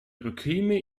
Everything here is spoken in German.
bekäme